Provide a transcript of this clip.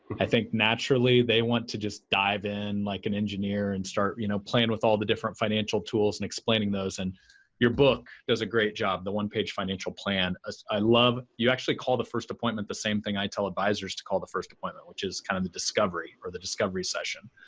i think naturally, they want to just dive in like an engineer and start you know plan with all the different financial tools and explaining those and your book does a great job, the one-page financial plan. ah i love, you actually call the first appointment the same thing i tell advisors to call the first appointment which is kind of the discovery or the discovery session.